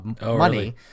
money